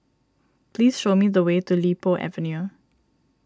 please show me the way to Li Po Avenue